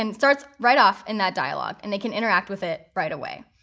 and starts right off in that dialog and they can interact with it right away.